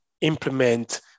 implement